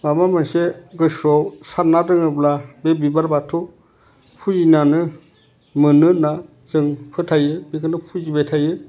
माबा मोनसे गोसोआव सानना दङब्ला बे बिबार बाथौ फुजिनानो मोनो होना जों फोथायो बेखौनो फुजिबाय थायो